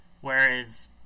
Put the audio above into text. Whereas